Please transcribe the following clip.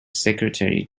secretary